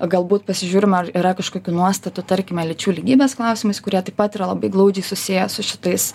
galbūt pasižiūrime ar yra kažkokių nuostatų tarkime lyčių lygybės klausimais kurie taip pat yra labai glaudžiai susiję su šitais